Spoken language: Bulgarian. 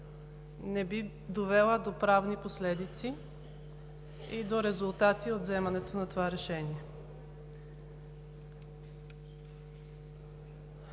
не би довела до правни последици и до резултати от вземането на това решение.